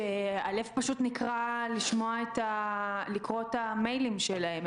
והלב פשוט נקרע לקרוא את המיילים שלהם.